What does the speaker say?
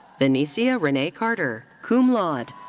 viniceia renee carter, cum laude.